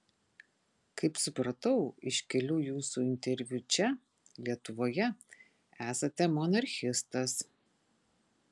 kaip supratau iš kelių jūsų interviu čia lietuvoje esate monarchistas